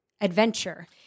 adventure